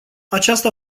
aceasta